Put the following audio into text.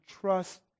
trust